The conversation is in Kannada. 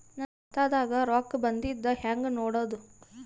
ನನ್ನ ಖಾತಾದಾಗ ರೊಕ್ಕ ಬಂದಿದ್ದ ಹೆಂಗ್ ನೋಡದು?